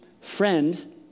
friend